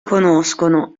conoscono